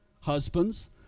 Husbands